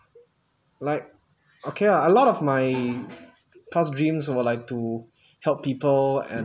like okay ah a lot of my past dreams were like to help people and